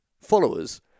followers